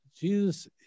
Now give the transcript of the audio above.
Jesus